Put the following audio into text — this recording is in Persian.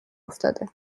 افتاده